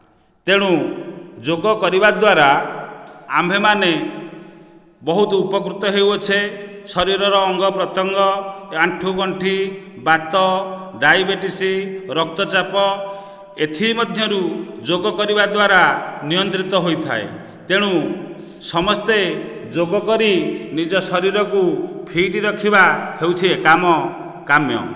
ତେଣୁ ଯୋଗ କରିବା ଦ୍ୱାରା ଆମ୍ଭେମାନେ ବହୁତ ଉପକୃତ ହେଉଅଛେ ଶରୀରର ଅଙ୍ଗ ପ୍ରତ୍ୟଙ୍ଗ ଆଂଠୁ ଗଣ୍ଠି ବାତ ଡାଇବେଟିସି ରକ୍ତ ଚାପ ଏଥିମଧ୍ୟରୁ ଯୋଗ କରିବା ଦ୍ୱାରା ନିୟନ୍ତ୍ରିତ ହୋଇଥାଏ ତେଣୁ ସମସ୍ତେ ଯୋଗ କରି ନିଜ ଶରୀରକୁ ଫିଟି ରଖିବା ହେଉଛି ଏକାମ କାମ୍ୟ